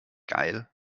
geil